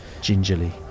gingerly